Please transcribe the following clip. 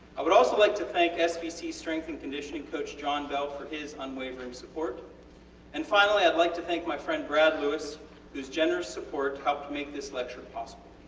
i would also like to thank ah svc strength and conditioning coach john bell for his unwavering support and finally id like to thank my friend brad lewis whose generous support helped make this lecture possible.